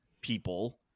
people